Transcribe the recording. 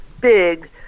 big